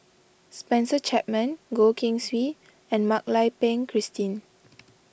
Spencer Chapman Goh Keng Swee and Mak Lai Peng Christine